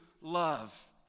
love